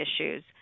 issues